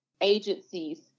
agencies